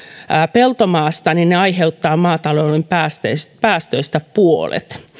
peltomaasta niin ne aiheuttavat maatalouden päästöistä päästöistä puolet